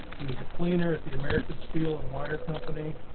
he was a cleaner at the american steel and wire company.